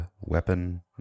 weapon